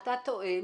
אתה טוען,